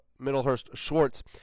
Middlehurst-Schwartz